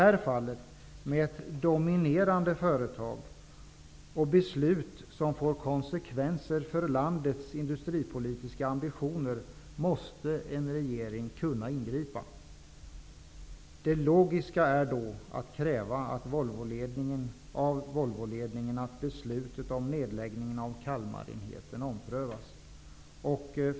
Här har vi ett dominerande företag och ett beslut som får konsekvenser för landets industripolitiska ambitioner. Då måste en regering kunna ingripa. Det logiska är då att kräva av Volvoledningen att beslutet om nedläggning av Kalmarenheten omprövas.